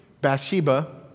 Bathsheba